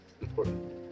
important